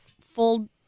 full